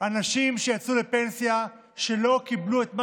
אנשים שיצאו לפנסיה שלא קיבלו את מה